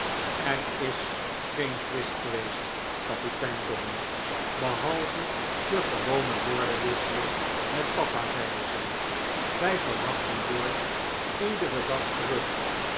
er is geen twist geweest kapitein dobbin behalve de gewone woordenwisseling met papa zeide zij wij verwachten george iederen dag terug